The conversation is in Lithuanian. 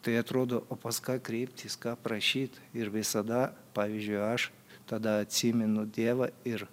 tai atrodo o pas ką kreiptis ką parašyt ir visada pavyzdžiui aš tada atsimenu dievą ir